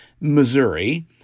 Missouri